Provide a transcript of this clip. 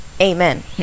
amen